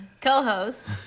co-host